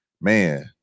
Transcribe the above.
man